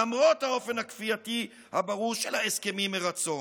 למרות האופי הכפייתי הברור של ה"הסכמים מרצון".